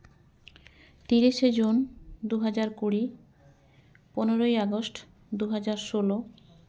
ᱛᱤᱨᱤᱥᱮ ᱡᱩᱱ ᱫᱩ ᱦᱟᱡᱟᱨ ᱠᱩᱲᱤ ᱯᱚᱱᱨᱚᱭ ᱟᱜᱚᱥᱴ ᱫᱩ ᱦᱟᱡᱟᱨ ᱥᱳᱞᱞᱳ